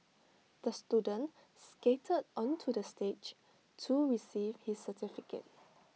the student skated onto the stage to receive his certificate